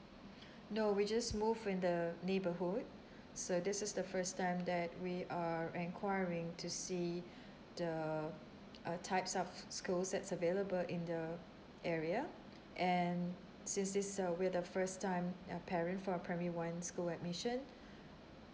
no we just move in the neighbourhood so this is the first time that we are enquiring to see the uh types of schools that's available in the area and since this uh we're the first time uh parent for primary one school admission